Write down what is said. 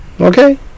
Okay